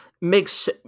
makes